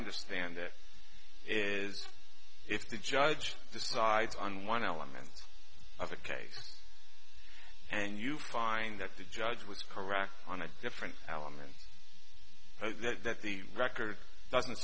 understand it is if the judge decides on one element of a case and you find that the judge was correct on a different element so that the record doesn't